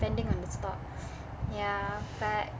depending on the stock ya but